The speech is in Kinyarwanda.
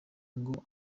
ngo